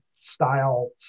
style